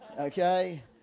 okay